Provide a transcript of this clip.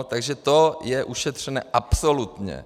Takže to je ušetřené absolutně.